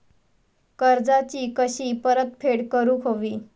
कर्जाची कशी परतफेड करूक हवी?